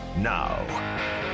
now